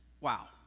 wow